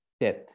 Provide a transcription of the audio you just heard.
death